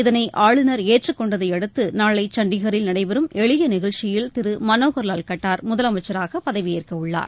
இதனை ஆளுநர் ஏற்றுக்கொண்டதையடுத்து நாளை சண்டிகரில் நடைபெறும் எளிய நிகழ்ச்சியில் திரு மனோகர் லால் கட்டார் முதலமைச்சராக பதவியேற்கவுள்ளார்